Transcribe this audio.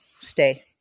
Stay